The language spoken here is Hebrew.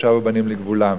ושבו בנים לגבולם.